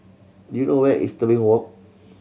do you know where is Tebing Walk